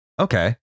Okay